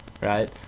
right